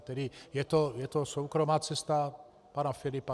Tedy je to soukromá cesta pana Filipa?